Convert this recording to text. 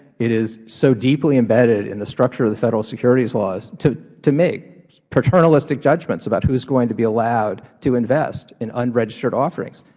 it is so deeply embedded in the structure of the federal securities laws to to make paternalistic judgments about who is going to be allowed to invest in unregistered offerings.